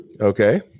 Okay